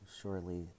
Surely